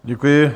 Děkuji.